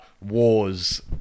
Wars